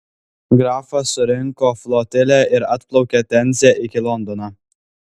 grafas surinko flotilę ir atplaukė temze iki londono